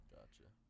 Gotcha